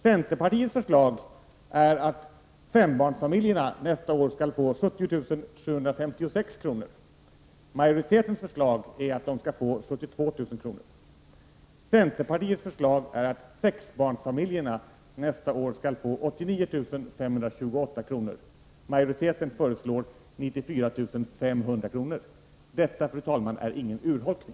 Centerpartiets förslag är att fembarnsfamiljerna nästa år skall få 70 756 kr. Majoritetens förslag är att de skall få 72 000 kr. Centerpartiets förslag är att sexbarnsfamiljerna nästa år skall få 89 528 kr. Majoritetens förslag innebär 94 500 kr. Detta, fru talman, är ingen urholkning.